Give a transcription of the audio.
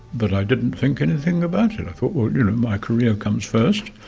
but i didn't think anything about it, i thought you know my career comes first.